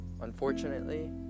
unfortunately